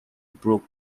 brook